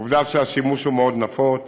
עובדה שהשימוש הוא מאוד נפוץ,